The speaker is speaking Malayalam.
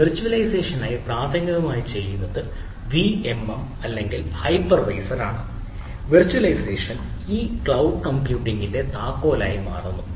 വിർച്വലൈസേഷൻ ഈ ക്ലൌഡ് കമ്പ്യൂട്ടിംഗിന്റെ താക്കോലായി മാറുന്നു